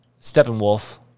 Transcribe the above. Steppenwolf